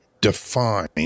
define